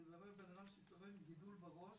אני מדבר עם בן אדם שסובל מגידול בראש,